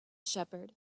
shepherd